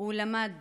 הוא למד